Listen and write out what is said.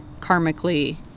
karmically